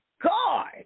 God